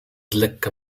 lekka